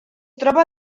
troba